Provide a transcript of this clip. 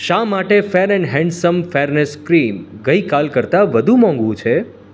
શા માટે Fair and Handsome fairness cream ગઈકાલ કરતાં વધુ મોંઘુ છે